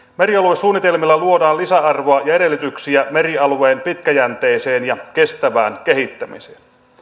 merialuesuunnitelmilla luodaan lisäarvoa ja edellytyksiä merialueen pitkäjänteiseen ja kestävään kehittämiseen